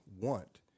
want